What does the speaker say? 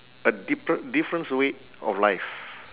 a different difference way of life